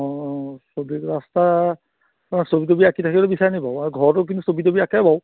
অ ছবি অঁকা অ ছবি তবি আঁকি থাকিবলৈ বিচাৰেনি বাৰু আৰু ঘৰতো কিন্তু ছবি তবি আঁকে বাৰু